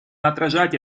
отражать